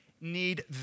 need